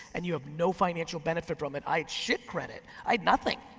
and you have no financial benefit from it. i had shit credit, i had nothing.